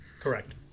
Correct